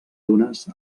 dunes